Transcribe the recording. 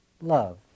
love